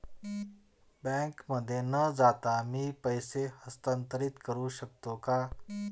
बँकेमध्ये न जाता मी पैसे हस्तांतरित करू शकतो का?